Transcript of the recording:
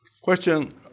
Question